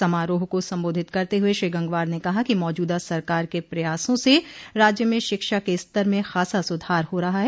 समारोह को संबोधित करते हुए श्री गंगवार ने कहा कि मौजूदा सरकार के प्रयासों से राज्य में शिक्षा के स्तर में खासा सुधार हो रहा है